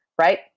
right